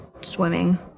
swimming